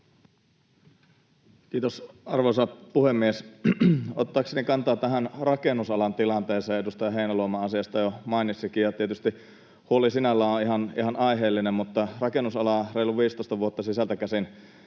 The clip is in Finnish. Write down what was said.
Kiitos, arvoisa puhemies! Ottaakseni kantaa tähän rakennusalan tilanteeseen — edustaja Heinäluoma asiasta jo mainitsikin — huoli sinällään on tietysti ihan aiheellinen. Rakennusalaa reilu 15 vuotta sisältä käsin